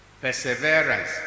Perseverance